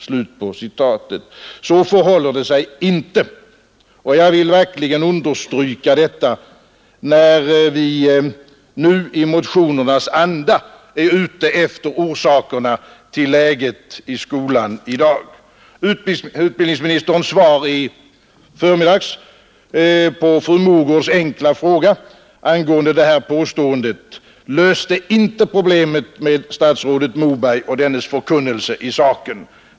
Så förhåller det sig inte, och jag vill verkligen understryka detta när vi nu i motionernas anda är ute efter orsakerna till läget i skolan i dag. Utbildningsministerns svar i förmiddags på fru Mogårds enkla fråga angående detta påstående löste inte problemet med statsrådet Moberg och dennes förkunnelse i saken.